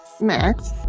Max